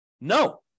No